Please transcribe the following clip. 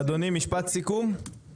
משפט סיכום, אדוני.